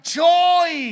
joy